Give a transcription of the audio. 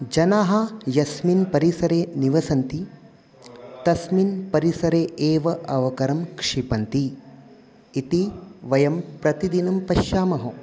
जनाः यस्मिन् परिसरे निवसन्ति तस्मिन् परिसरे एव अवकरं क्षिपन्ति इति वयं प्रतिदिनं पश्यामः